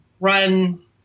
run